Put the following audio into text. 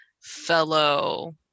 fellow